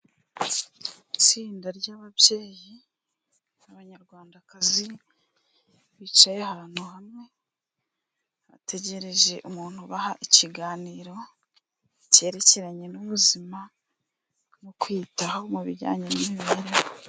Itsinda ry'ababyeyi b'abanyarwandakazi bicaye ahantu hamwe bategereje umuntu ubaha ikiganiro cyerekeranye n'ubuzima no kwiyitaho mu bijyanye n'imibererere.